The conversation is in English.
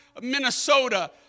Minnesota